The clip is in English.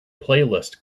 playlist